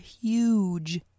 huge